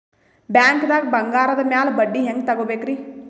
ಬ್ಯಾಂಕ್ದಾಗ ಬಂಗಾರದ್ ಮ್ಯಾಲ್ ಬಡ್ಡಿ ಹೆಂಗ್ ತಗೋಬೇಕ್ರಿ?